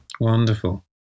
wonderful